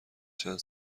چند